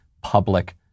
public